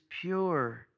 pure